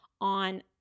on